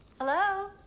Hello